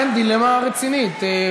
אכן דילמה רצינית.